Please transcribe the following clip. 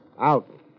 Out